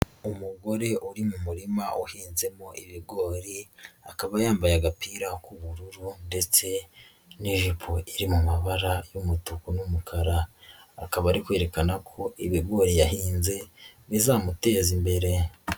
Umugore uri mu murima wahinzemo ibigori, akaba yambaye agapira k'ubururu ndetse n'ijipo iri mu mabara y'umutuku n'umukara, akaba ari kwerekana ko ibigori yahinze bizamuteza imbere.